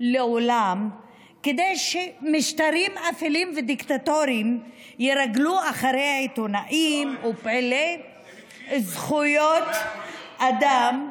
כדי שמשטרים אפלים ודיקטטוריים ירגלו אחרי עיתונאים ופעילי זכויות אדם,